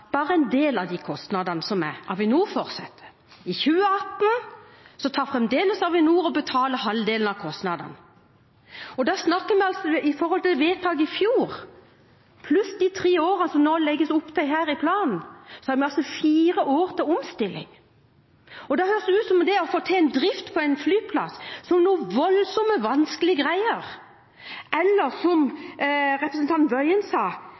bare en del av Avinors kostnader for å fortsette. I 2018 betaler fremdeles Avinor halvparten av kostnadene. Da snakker vi om vedtaket i fjor, pluss de tre årene det nå legges opp til her i planen. Vi har altså fire år til omstilling. Det høres ut som om det å få til drift på en flyplass er noe voldsomt vanskelige greier, eller – som representanten Wøien sa